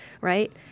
right